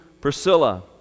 priscilla